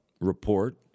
report